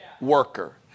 worker